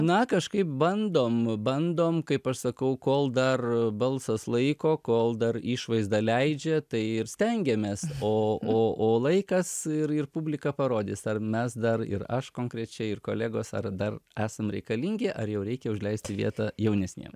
na kažkaip bandom bandom kaip aš sakau kol dar balsas laiko kol dar išvaizda leidžia tai ir stengiamės o o o laikas ir ir publika parodys ar mes dar ir aš konkrečiai ir kolegos ar dar esam reikalingi ar jau reikia užleisti vietą jaunesniem